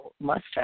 mustache